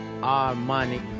harmonic